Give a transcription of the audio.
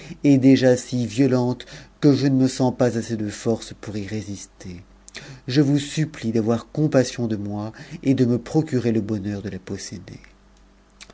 est déjà si violente que je ne me sens pas assez de force pour y résister je vous supplie d'avoir compassion de moi et le procurer le bonheur de la